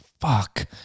fuck